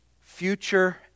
future